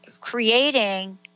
creating